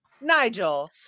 nigel